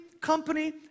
company